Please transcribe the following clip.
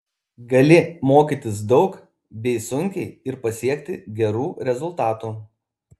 gali mokytis daug bei sunkiai ir pasiekti gerų rezultatų